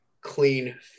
clean